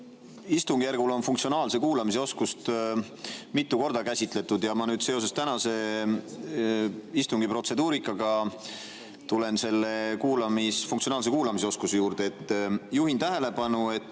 istungjärgul on funktsionaalse kuulamise oskust mitu korda käsitletud ja ma nüüd seoses tänase istungi protseduurikaga tulen selle funktsionaalse kuulamise oskuse juurde. Juhin tähelepanu, et